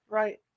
right